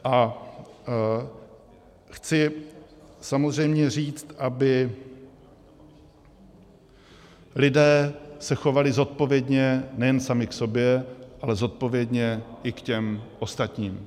A chci samozřejmě říct, aby lidé se chovali zodpovědně nejen sami k sobě, ale zodpovědně i k těm ostatním.